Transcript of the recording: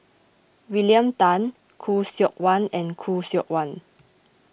William Tan Khoo Seok Wan and Khoo Seok Wan